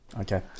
Okay